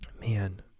man